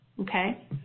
okay